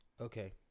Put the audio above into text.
Okay